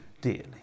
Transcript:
dearly